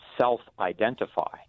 self-identify